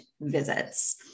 visits